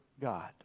God